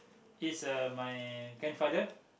is uh my grandfather